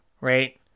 Right